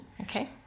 Okay